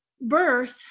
birth